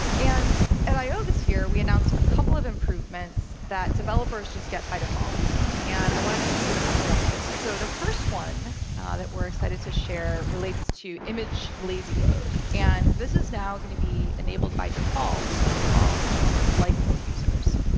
and at i o this year, we announced a couple of improvements that developers just get by default. and i wanted to just give an update on those. so the first one that we're excited to share relates to image lazy load. and this is now going to be enabled by default for all chrome light mode users.